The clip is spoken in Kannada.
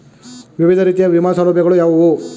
ವಿವಿಧ ರೀತಿಯ ವಿಮಾ ಸೌಲಭ್ಯಗಳು ಯಾವುವು?